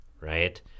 right